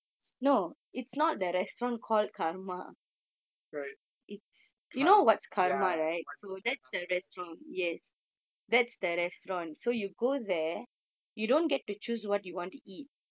sorry ka~ ya what goes around comes around